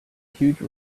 huge